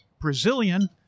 Brazilian